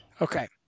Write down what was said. Okay